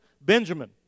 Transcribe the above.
Benjamin